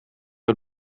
het